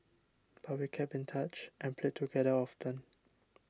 but we kept in touch and played together often